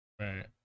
Right